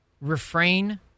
refrain